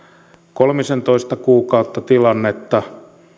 kolmisentoista kuukautta tilannetta